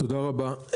תודה רבה.